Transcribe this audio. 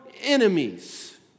enemies